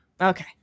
Okay